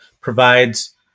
provides